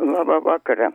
labą vakarą